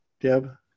Deb